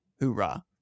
hoorah